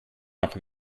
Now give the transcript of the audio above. nach